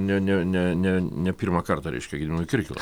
ne ne ne ne ne pirmą kartą reiškia gediminui kirkilui